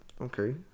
Okay